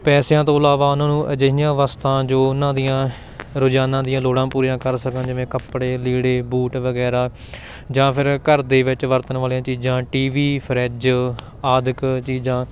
ਪੈਸਿਆਂ ਤੋਂ ਇਲਾਵਾ ਉਹਨਾਂ ਨੂੰ ਅਜਿਹੀਆਂ ਵਸਤਾਂ ਜੋ ਉਹਨਾਂ ਦੀਆਂ ਰੋਜ਼ਾਨਾ ਦੀਆਂ ਲੋੜਾਂ ਪੂਰੀਆਂ ਕਰ ਸਕਣ ਜਿਵੇਂ ਕੱਪੜੇ ਲੀੜੇ ਬੂਟ ਵਗੈਰਾ ਜਾਂ ਫਿਰ ਘਰ ਦੇ ਵਿੱਚ ਵਰਤਣ ਵਾਲੀਆਂ ਚੀਜ਼ਾਂ ਟੀ ਵੀ ਫਰਿੱਜ਼ ਆਦਿ ਚੀਜ਼ਾਂ